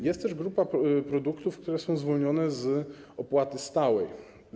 Jest też grupa produktów, które są zwolnione z opłaty stałej.